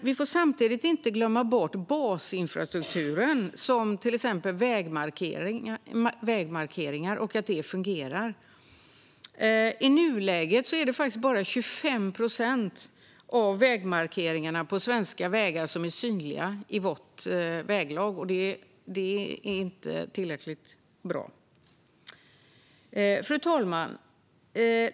Vi får samtidigt inte glömma bort basinfrastrukturen, till exempel att vägmarkeringar fungerar. I nuläget är det faktiskt bara 25 procent av vägmarkeringarna på svenska vägar som är synliga i vått väglag, och det är inte tillräckligt bra. Fru talman!